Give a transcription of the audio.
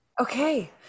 Okay